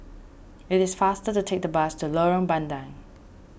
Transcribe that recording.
it is faster to take the bus to Lorong Bandang